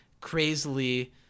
crazily